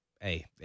hey